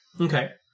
Okay